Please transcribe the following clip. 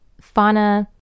Fauna